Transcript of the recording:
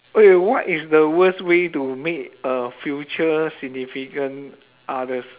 !oi! what is the worst way to meet a future significant others